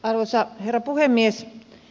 arvoisa herra puhemies